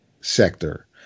sector